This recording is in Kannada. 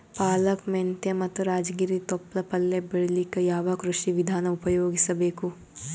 ಪಾಲಕ, ಮೆಂತ್ಯ ಮತ್ತ ರಾಜಗಿರಿ ತೊಪ್ಲ ಪಲ್ಯ ಬೆಳಿಲಿಕ ಯಾವ ಕೃಷಿ ವಿಧಾನ ಉಪಯೋಗಿಸಿ ಬೇಕು?